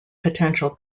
potential